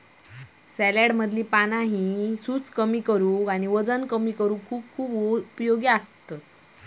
सॅलेडमधली पाना सूजेक कमी करूक आणि वजन कमी करूक उपयोगी असतत